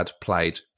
played